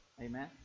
Amen